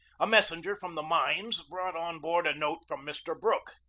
a messenger from the mines brought on board a note from mr. brook.